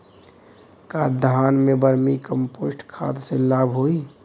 का धान में वर्मी कंपोस्ट खाद से लाभ होई?